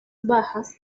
bajas